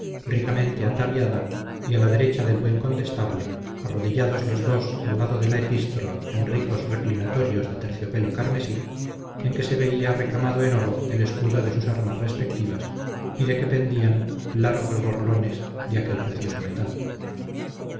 ricamente ataviada y a la derecha del buen condestable arrodillados los dos al lado de la epístola en ricos reclinatorios de terciopelo carmesí en que se veía recamado en oro el escudo de sus armas respectivas y de que pendían largos borlones de aquel precioso metal